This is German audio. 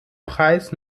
preis